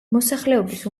მოსახლეობის